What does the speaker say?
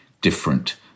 different